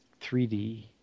3D